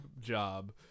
Job